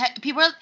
people